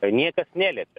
niekas neliepė